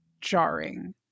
jarring